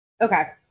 Okay